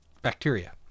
bacteria